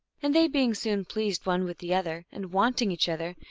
and they being soon pleased one with the other, and wanting each other,